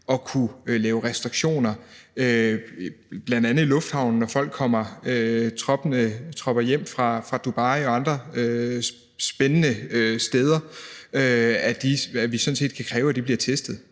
at kunne lave restriktioner bl.a. i lufthavnen, hvor folk kommer troppende hjem fra Dubai og andre spændende steder, så vi sådan set kan kræve, at de bliver testet,